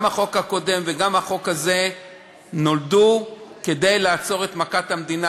גם החוק הקודם וגם החוק הזה נולדו כדי לעצור את מכת המדינה.